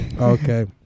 okay